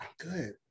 good